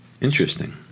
interesting